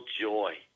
joy